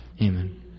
Amen